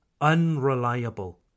unreliable